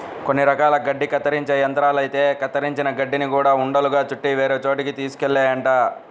కొన్ని రకాల గడ్డి కత్తిరించే యంత్రాలైతే కత్తిరించిన గడ్డిని గూడా ఉండలుగా చుట్టి వేరే చోటకి తీసుకెళ్తాయంట